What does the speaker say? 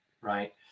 right